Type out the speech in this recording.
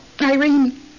Irene